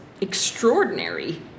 extraordinary